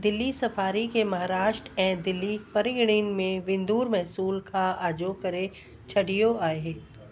Delhi safari खे महाराष्ट्र ऐ़ं दिल्ली परगिणनि में विंदुर महसूल खां आजो करे छॾियो आहे